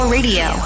Radio